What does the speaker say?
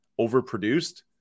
overproduced